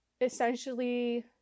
essentially